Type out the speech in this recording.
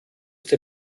der